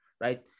right